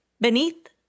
Beneath